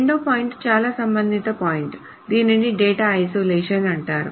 రెండవ పాయింట్ చాలా సంబంధిత పాయింట్ దీనిని డేటా ఐసోలేషన్ అంటారు